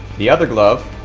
the other glove